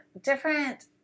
different